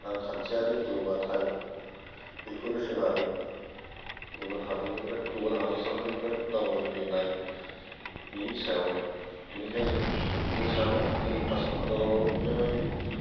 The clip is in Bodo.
रांखान्थियारि जौगाथाय बेफोरो सोनारो गुबुन हादरनिफ्राय गुबुन हादरसाफोरनिफ्राय दावबायफैनायनि सायावनो बेनिखायनो जों सानो जोंनि आसाम हादरावबो बेबायदि